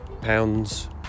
pounds